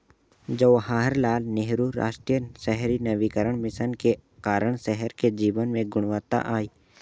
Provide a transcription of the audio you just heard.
जवाहरलाल नेहरू राष्ट्रीय शहरी नवीकरण मिशन के कारण शहर के जीवन में गुणवत्ता आई